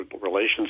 relations